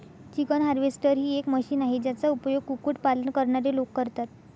chicken harvester ही एक machine आहे, ज्याचा उपयोग कुक्कुट पालन करणारे लोक करतात